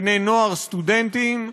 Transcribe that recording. לבני-נוער ולסטודנטים.